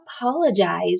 apologize